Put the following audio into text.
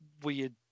weird